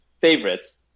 favorites